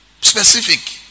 Specific